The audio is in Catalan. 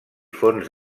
fonts